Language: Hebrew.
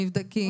הם נבדקים.